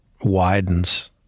widens